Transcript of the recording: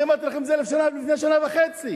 אני אמרתי לכם את זה לפני שנה וחצי.